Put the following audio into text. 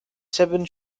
seven